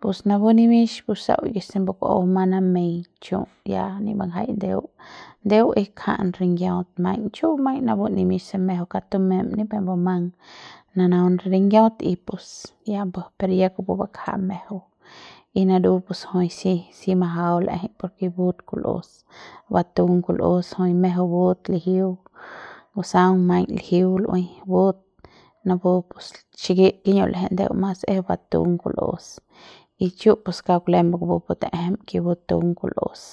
pus napu nimix pus sau simbi kua bumang nameiñ chu ya nimbangjai ndeu ndeu es kja'an ringiaut maiñ chu maiñ napun nimix se mejeu kaung tumem ni pep mbumang nanaun ringiaut y pus y yambú pero ya kupu bakja mejeu y naru napu si si majau la'ejei por ke but kul'us batung kul'us jui mejeu but lijiu ngusaung maiñ lijiu kupu lu'ui but napu pus xikit kiyu'u ndeu mas l'ejei es batung kul'us y chu pus kauk lem kupu te'ejem ta'ejei ke batung kul'us.